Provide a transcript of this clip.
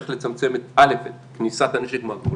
איך לצמצם א' את כניסת הנשק מהגבולות,